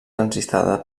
transitada